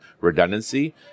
redundancy